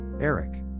eric